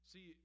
See